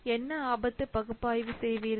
என்ன ஆபத்து பகுப்பாய்வு செய்வீர்கள்